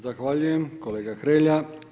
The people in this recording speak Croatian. Zahvaljujem kolega Hrelja.